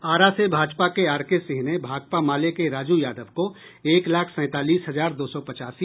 आरा से भाजपा के R K Singh ने भाकपा माले के राजू यादव को एक लाख सैंतालीस हजार दो सौ पचासी